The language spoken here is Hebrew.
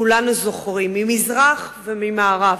כולנו זוכרים, ממזרח וממערב.